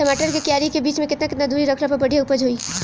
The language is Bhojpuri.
टमाटर के क्यारी के बीच मे केतना केतना दूरी रखला पर बढ़िया उपज होई?